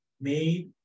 made